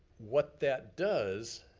what that does,